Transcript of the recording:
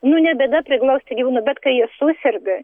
nu ne bėda priglausti gyvūną bet kai jie suserga